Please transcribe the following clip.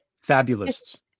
fabulous